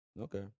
Okay